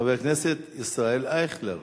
חבר הכנסת ישראל אייכלר